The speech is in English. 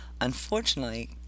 Unfortunately